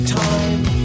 time